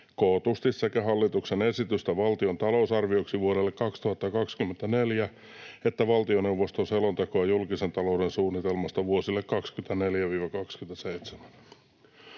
kootusti sekä hallituksen esitystä valtion talousarvioksi vuodelle 2024 että valtioneuvoston selontekoa julkisen talouden suunnitelmasta vuosille 24—27.